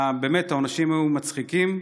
העונשים היו מצחיקים: